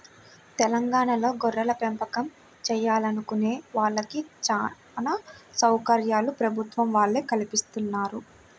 తెలంగాణాలో గొర్రెలపెంపకం చేయాలనుకునే వాళ్ళకి చానా సౌకర్యాలు ప్రభుత్వం వాళ్ళే కల్పిత్తన్నారు